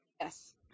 Yes